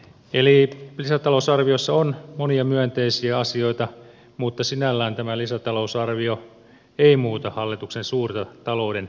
eli lisätalousarviossa on monia myönteisiä asioita mutta sinällään tämä lisätalousarvio ei muuta hallituksen suurta talouden linjaa